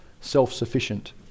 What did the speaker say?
Self-sufficient